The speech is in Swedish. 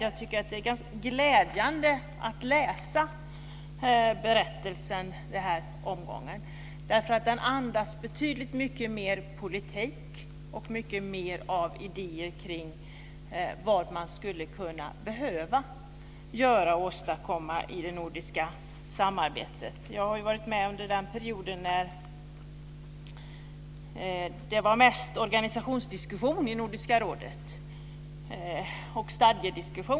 Jag tycker att det är glädjande att läsa berättelsen den här omgången. Nu andas den nämligen betydligt mer politik och mycket mer av idéer kring vad man skulle kunna behöva göra och åstadkomma i det nordiska samarbetet. Jag har varit med under den period då det mest var organisations och stadgediskussion i Nordiska rådet.